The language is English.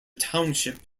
township